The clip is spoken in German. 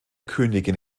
königin